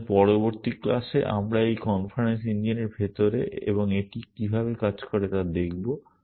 সুতরাং পরবর্তী ক্লাসে আমরা এই ইনফারেন্স ইঞ্জিনের ভিতরে এবং এটি কীভাবে কাজ করে তা দেখব